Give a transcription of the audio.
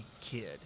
kid